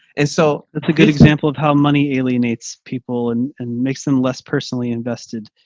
and so it's a good example of how money alienates people and and makes them less personally invested.